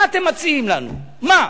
מה אתם מציעים לנו, מה?